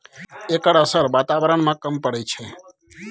एकर असर बाताबरण में कम परय छै